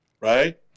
Right